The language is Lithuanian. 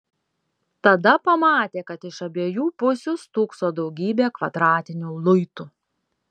tada pamatė kad iš abiejų pusių stūkso daugybė kvadratinių luitų